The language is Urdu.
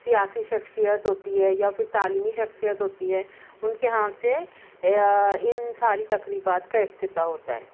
سیاسی شخصیت ہوتی ہے یا پھر تعلیمی شخصیت ہوتی ہے ان کے ہاتھ سے ان ساری تقریبات کا افتتاح ہوتا ہے